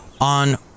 on